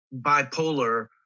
bipolar